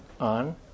on